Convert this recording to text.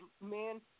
man